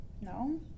no